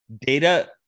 Data